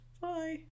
Bye